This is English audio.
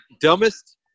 Dumbest